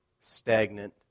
stagnant